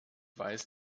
weiß